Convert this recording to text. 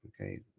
Okay